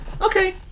okay